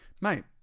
Mate